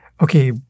okay